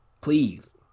Please